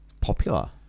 Popular